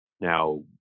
now